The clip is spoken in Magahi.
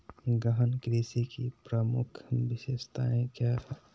गहन कृषि की प्रमुख विशेषताएं क्या है?